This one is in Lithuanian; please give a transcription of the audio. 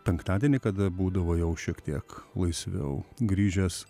penktadienį kada būdavo jau šiek tiek laisviau grįžęs